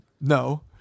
No